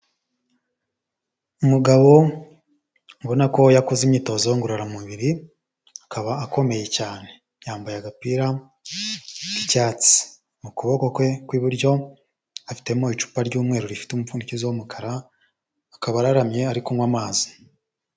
Umugabo ubona ko yakoze imyitozo ngororamubiri akaba akomeye cyane, yambaye agapira k'icyatsi. Mu kuboko kwe kw'iburyo afitemo icupa ry'umweru rifite umupfundikizo w'umukara, akaba araramye ari kunywa amazi.